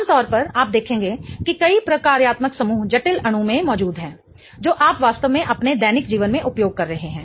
आमतौर पर आप देखेंगे कि कई प्रकार्यात्मक समूह जटिल अणु में मौजूद हैं जो आप वास्तव में अपने दैनिक जीवन में उपयोग कर रहे हैं